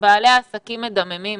שבעלי העסקים מדממים